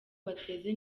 bateze